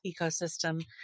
ecosystem